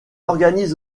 organise